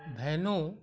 venue